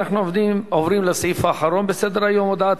אנחנו עוברים לסעיף האחרון בסדר-היום: הודעת